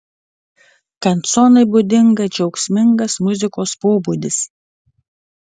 kanconai būdinga džiaugsmingas muzikos pobūdis